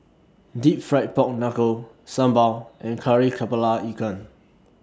Deep Fried Pork Knuckle Sambal and Kari Kepala Ikan